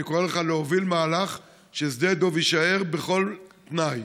אני קורא לך להוביל מהלך ששדה דב יישאר בכל תנאי.